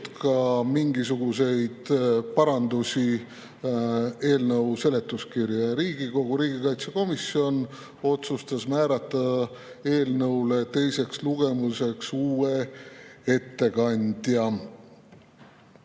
ka mingisuguseid parandusi eelnõu seletuskirja. Riigikogu riigikaitsekomisjon otsustas määrata eelnõu teiseks lugemiseks uue ettekandja.